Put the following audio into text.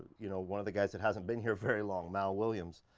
you know, one of the guys that hasn't been here very long, mal williams.